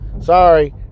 sorry